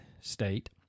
State